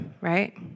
right